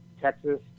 Texas